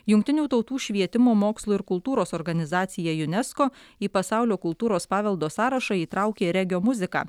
jungtinių tautų švietimo mokslo ir kultūros organizacija unesco į pasaulio kultūros paveldo sąrašą įtraukė regio muziką